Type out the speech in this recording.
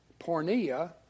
pornea